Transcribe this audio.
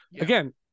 again